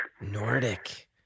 Nordic